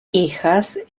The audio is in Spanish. hijas